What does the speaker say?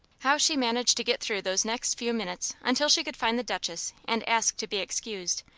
how she managed to get through those next few minutes until she could find the duchess and ask to be excused,